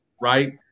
Right